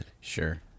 Sure